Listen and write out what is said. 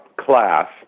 class